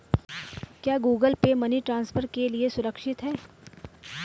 क्या Google Pay money transfer के लिए सुरक्षित है?